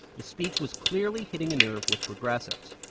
the speech was clearly hitting a nerve with progressives.